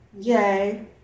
Yay